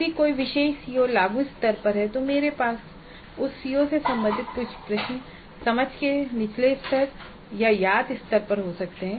यदि कोई विशेष सीओ लागू स्तर पर है तो मेरे पास उस सीओ से संबंधित कुछ प्रश्न समझ के निचले स्तर या याद स्तर के हो सकते हैं